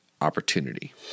opportunity